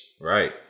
right